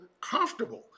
comfortable